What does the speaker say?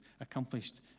accomplished